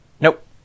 nope